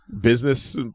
business